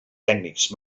tècnics